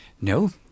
No